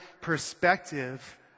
perspective